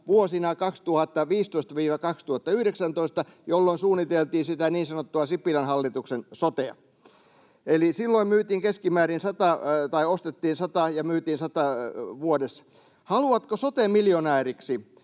vuosina 2015—2019, jolloin suunniteltiin sitä niin sanottua Sipilän hallituksen sotea, eli silloin ostettiin keskimäärin sata ja myytiin sata vuodessa. ”Haluatko sote-miljonääriksi